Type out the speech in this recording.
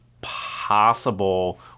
possible